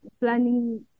planning